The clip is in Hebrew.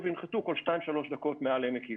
וינחתו כל שתיים-שלוש דקות מעל עמק יזרעאל.